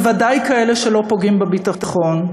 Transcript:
בוודאי כאלה שלא פוגעים בביטחון,